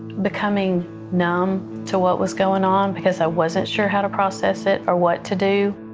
becoming numb to what was going on because i wasn't sure how to process it or what to do.